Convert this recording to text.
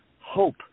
Hope